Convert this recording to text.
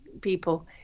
people